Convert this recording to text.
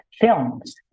films